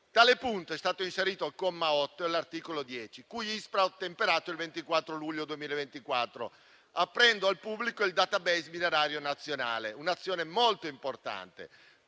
Tale punto è stato inserito al comma 8 dell'articolo 10, cui l'ISPRA ha ottemperato il 24 luglio 2024, aprendo al pubblico il *database* minerario nazionale: un'azione molto importante.